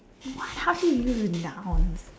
what how do you use a noun